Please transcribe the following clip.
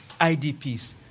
IDPs